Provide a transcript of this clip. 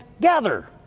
gather